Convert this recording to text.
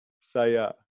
Saya